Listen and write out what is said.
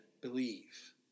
believe